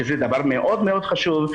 שזה דבר מאוד מאוד חשוב,